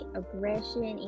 aggression